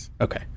Okay